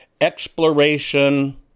exploration